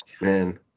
man